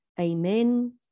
Amen